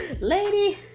lady